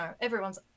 everyone's